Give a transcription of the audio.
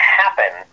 happen